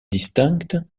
distincte